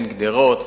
אין גדרות,